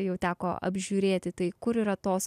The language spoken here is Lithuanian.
jau teko apžiūrėti tai kur yra tos